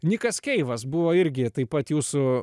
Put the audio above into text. nikas keivas buvo irgi taip pat jūsų